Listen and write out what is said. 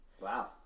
Wow